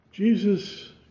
Jesus